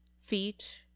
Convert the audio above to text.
feet